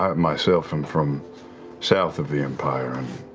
um myself, am from south of the empire and